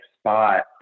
spot